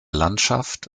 landschaft